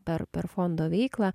per per fondo veiklą